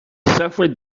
suffered